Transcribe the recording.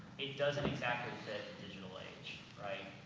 it doesn't exactly fit digital age, right?